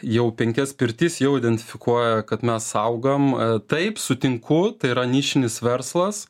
jau penkias pirtis jau identifikuoja kad mes augam taip sutinku tai yra nišinis verslas